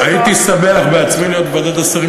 הייתי שמח בעצמי להיות בוועדת השרים